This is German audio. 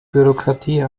bürokratie